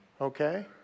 Okay